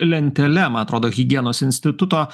lentele man atrodo higienos instituto